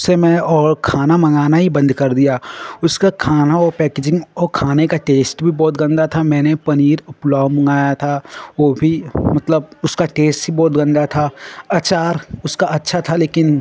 से मैं और खाना मँगाना ही बन्द कर दिया उसका खाना वह पैकेजिन्ग वह खाने का टेस्ट भी बहुत गन्दा था मैंने पनीर और पुलाव मँगाया था वह भी मतलब उसका टेस्ट ही बहुत गन्दा था अचार उसका अच्छा था लेकिन